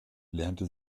lernte